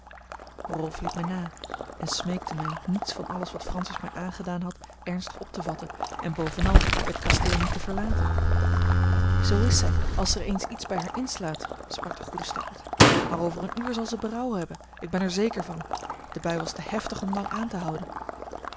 liep mij na en smeekte mij niets van alles wat francis mij aangedaan had ernstig op te vatten en bovenal het kasteel niet te verlaten zoo is zij als er eens iets bij haar inslaat sprak de goede stakkerd maar over een uur zal zij berouw hebben ik ben er zeker van de bui was te hevig om lang aan te houden